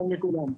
שלום לכולם,